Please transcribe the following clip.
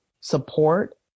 support